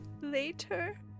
later